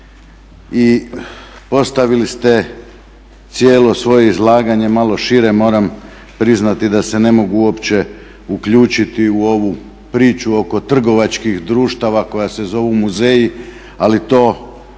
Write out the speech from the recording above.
i postavili ste cijelo svoje izlaganje malo šire. Moram priznati da se ne mogu uopće uključiti u ovoj priču oko trgovačkih društava koja se zovu muzeji ali to